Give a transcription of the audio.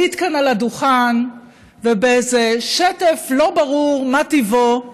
עלית כאן על הדוכן ובאיזה שטף, לא ברור מה טיבו,